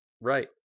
Right